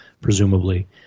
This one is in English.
presumably